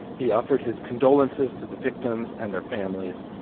he offered his condolences to the victims and their families.